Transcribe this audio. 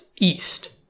east